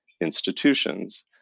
institutions